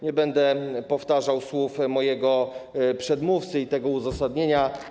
Nie będę powtarzał słów mojego przedmówcy i tego uzasadnienia.